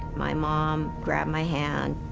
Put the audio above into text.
my mom grabbed my hand.